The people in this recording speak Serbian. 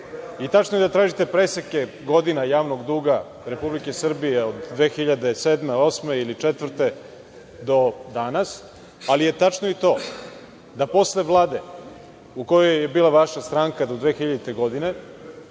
Tačno je da tražite preseke godina javnog duga Republike Srbije od 2007, 2008. ili 2004. do danas, ali je tačno i to da je posle Vlade u kojoj je bila vaša stranka do 2000. godine